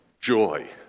joy